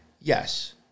Yes